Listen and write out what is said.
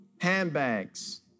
handbags